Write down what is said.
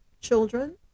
children